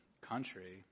country